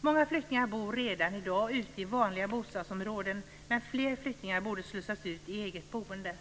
Många flyktingar bor redan i dag ute i vanliga bostadsområden, men fler flyktingar borde slussas ut i eget boende.